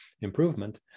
improvement